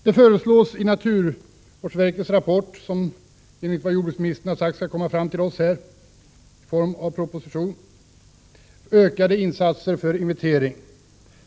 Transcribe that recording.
Det föreslås i naturvårdsverkets rapport, som enligt jordbruksministern kommer att lämnas i form av en proposition, ökade insatser för inventering.